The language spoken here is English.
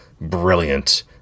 brilliant